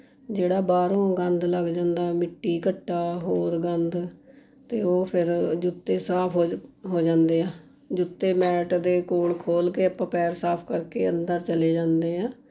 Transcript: ਜਿਹੜਾ ਬਾਹਰੋਂ ਗੰਦ ਲੱਗ ਜਾਂਦਾ ਮਿੱਟੀ ਘੱਟਾ ਹੋਰ ਗੰਦ ਅਤੇ ਉਹ ਫੇਰ ਜੁੱਤੇ ਸਾਫ ਹੋ ਜਾਂਦੇ ਹੈ ਜੁੱਤੇ ਮੈਟ ਦੇ ਕੋਲ ਖੋਲ ਕੇ ਆਪਾਂ ਪੈਰ ਸਾਫ਼ ਕਰਕੇ ਅੰਦਰ ਚਲੇ ਜਾਂਦੇ ਹਾਂ